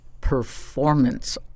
performance